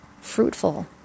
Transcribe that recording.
fruitful